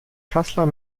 kassler